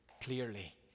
clearly